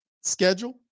schedule